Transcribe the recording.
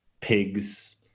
pigs